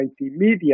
Media